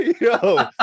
Yo